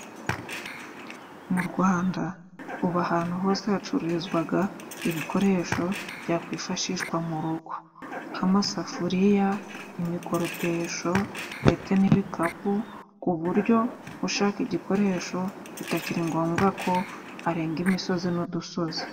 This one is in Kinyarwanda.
Mu Rwanda ubu ahantu hose hacururizwa ibikoresho byakwifashishwa mu rugo. K'amasafuriya, imikoropesho, ndetse n'ibikapu, ku buryo ushaka igikoresho, bitakiri ngombwa ko arenga imisozi n'udusozi.